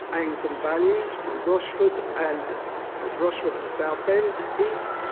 aims and values from rotche ford and ah rotche ford and southend, east,